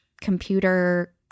computer –